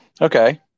Okay